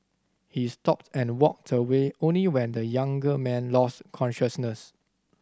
he stopped and walked away only when the younger man lost consciousness